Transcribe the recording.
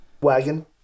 wagon